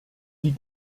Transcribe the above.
die